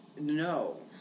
No